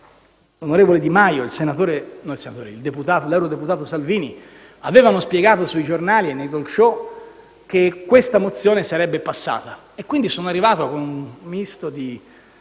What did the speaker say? l'onorevole Di Maio e l'eurodeputato Salvini avevano spiegato sui giornali e nei *talk show* che questa mozione sarebbe passata, quindi sono arrivato con un misto di